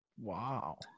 Wow